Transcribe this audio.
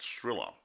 thriller